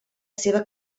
seva